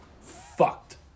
Fucked